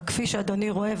כפי שאדוני רואה,